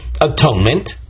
atonement